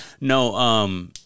No